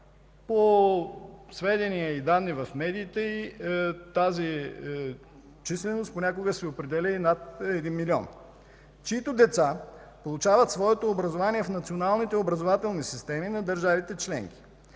по сведение и данни в медиите тази численост понякога се определя и над един милион, чиито деца получават своето образование в националните образователни системи на държавите членки.